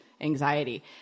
anxiety